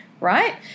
Right